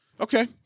Okay